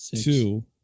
Two